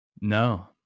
No